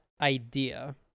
idea